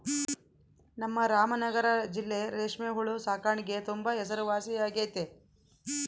ನಮ್ ರಾಮನಗರ ಜಿಲ್ಲೆ ರೇಷ್ಮೆ ಹುಳು ಸಾಕಾಣಿಕ್ಗೆ ತುಂಬಾ ಹೆಸರುವಾಸಿಯಾಗೆತೆ